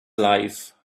life